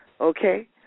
Okay